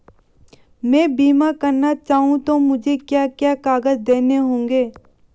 मैं बीमा करना चाहूं तो मुझे क्या क्या कागज़ देने होंगे?